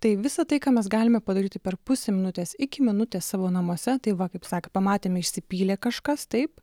tai visa tai ką mes galime padaryti per pusę minutės iki minutės savo namuose tai va kaip sako pamatėme išsipylė kažkas taip